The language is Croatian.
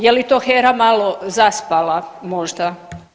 Je li to HERA malo zaspala možda?